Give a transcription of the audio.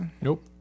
Nope